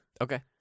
Okay